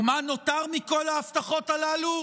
ומה נותר מכל ההבטחות הללו?